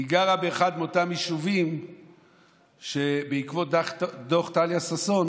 היא גרה באחד מאותם יישובים שבעקבות דוח טליה ששון